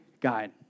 guide